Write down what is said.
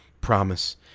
promise